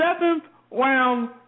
seventh-round